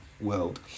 world